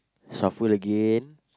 shuffle again